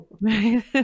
Right